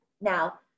Now